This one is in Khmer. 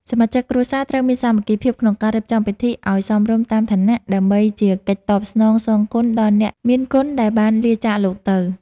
សមាជិកគ្រួសារត្រូវមានសាមគ្គីភាពក្នុងការរៀបចំពិធីឱ្យសមរម្យតាមឋានៈ ដើម្បីជាកិច្ចតបស្នងសងគុណដល់អ្នកមានគុណដែលបានលាចាកលោកទៅ។